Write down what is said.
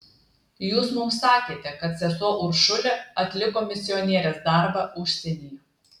jūs mums sakėte kad sesuo uršulė atliko misionierės darbą užsienyje